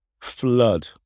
flood